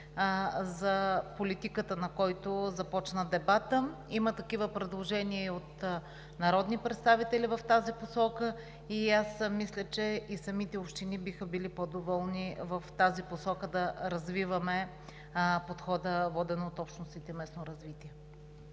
за политиката на който започна дебатът. Има такива предложения и от народни представители в тази посока и аз мисля, че и самите общини биха били по-доволни в тази посока да развиваме Подхода „Водено от общностите местно развитие“.